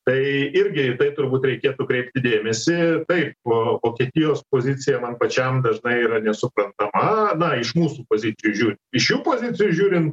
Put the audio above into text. tai irgi į tai turbūt reikėtų kreipti dėmesį taip vokietijos pozicija man pačiam dažnai yra nesuprantama iš mūsų pozicijų žiūrint iš jų pozicijų žiūrint